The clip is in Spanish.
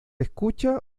escucha